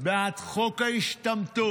בעד חוק ההשתמטות,